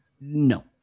No